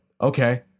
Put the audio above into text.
okay